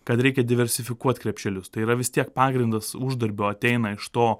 kad reikia diversifikuot krepšelius tai yra vis tiek pagrindas uždarbio ateina iš to